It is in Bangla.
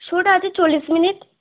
শোটা আছে চল্লিশ মিনিট